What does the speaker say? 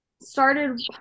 started